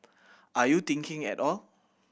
are you thinking at all